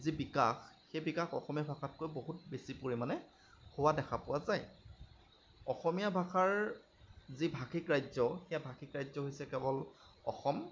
যি বিকাশ সেই বিকাশ অসমীয়া ভাষাতকৈ বহুত বেছি পৰিমাণে হোৱা দেখা পোৱা যায় অসমীয়া ভাষাৰ যি ভাষিক ৰাজ্য সেয়া ভাষিক ৰাজ্য হৈছে কেৱল অসম